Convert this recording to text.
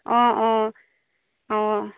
অঁ অঁ অঁ